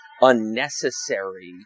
unnecessary